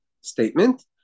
statement